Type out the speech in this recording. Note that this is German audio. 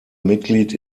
mitglied